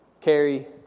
Carry